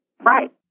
Right